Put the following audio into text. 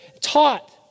taught